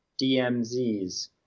DMZs